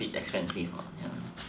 a bit expensive what ya